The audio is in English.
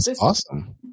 awesome